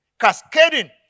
cascading